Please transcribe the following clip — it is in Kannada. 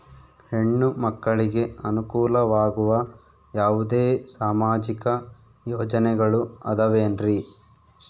ಹೆಣ್ಣು ಮಕ್ಕಳಿಗೆ ಅನುಕೂಲವಾಗುವ ಯಾವುದೇ ಸಾಮಾಜಿಕ ಯೋಜನೆಗಳು ಅದವೇನ್ರಿ?